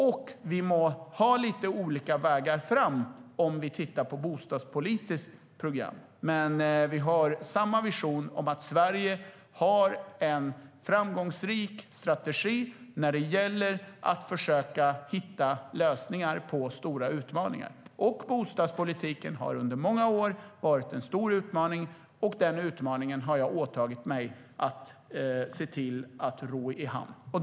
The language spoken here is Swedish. Vi må ha lite olika vägar fram utifrån bostadspolitiskt program, men vi har samma vision om att Sverige ska ha en framgångsrik strategi när det gäller att försöka hitta lösningar på stora utmaningar. Bostadspolitiken har under många år varit en stor utmaning, och den utmaningen har jag åtagit mig att ro i hamn.